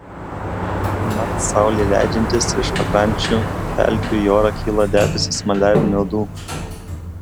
mat saulei leidžiantis iš pakrančių pelkių į orą kyla debesys maliarinių uodų